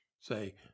say